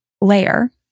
layer